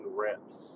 reps